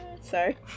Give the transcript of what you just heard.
Sorry